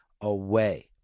away